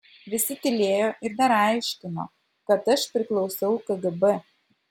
visi tylėjo ir dar aiškino kad aš priklausau kgb